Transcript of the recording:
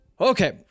Okay